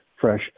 fresh